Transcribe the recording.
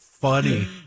funny